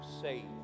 saved